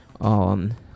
on